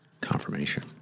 confirmation